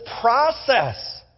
process